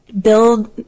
build